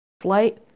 flight